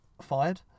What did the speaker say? fired